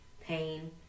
pain